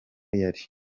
yari